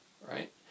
right